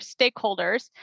stakeholders